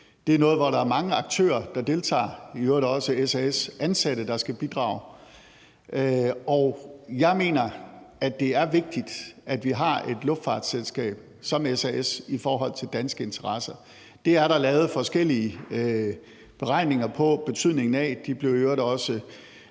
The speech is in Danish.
Det er noget, som der er mange aktører der deltager i – i øvrigt også SAS-ansatte, der skal bidrage. Jeg mener, det er vigtigt, at vi har et luftfartsselskab som SAS i forhold til danske interesser. Det er der lavet forskellige beregninger af betydningen af, og de blev i øvrigt også